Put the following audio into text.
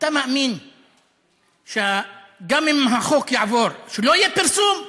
אתה מאמין שגם אם החוק יעבור, לא יהיה פרסום?